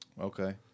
Okay